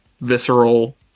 Visceral